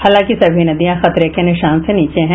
हालांकि सभी नदियां खतरे के निशान से नीचे है